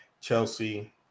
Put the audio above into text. Chelsea